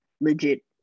legit